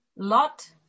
Lot